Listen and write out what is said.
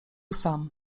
sam